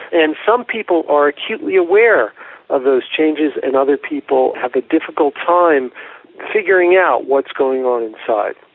and some people are acutely aware of those changes and other people have a difficult time figuring out what's going on inside.